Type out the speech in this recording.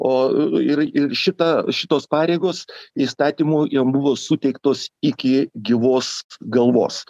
o ir ir šita šitos pareigos įstatymu jam buvo suteiktos iki gyvos galvos